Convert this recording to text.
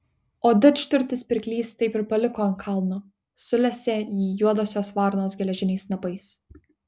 o didžturtis pirklys taip ir paliko ant kalno sulesė jį juodosios varnos geležiniais snapais